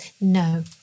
No